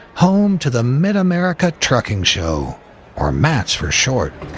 home to the mid-america trucking show or mats for short.